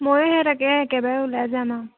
ময়ো সেই তাকে একেবাৰে ওলাই যাম আৰু